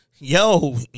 yo